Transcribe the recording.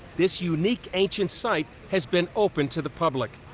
this unique ancient site has been opened to the public.